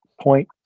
point